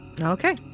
Okay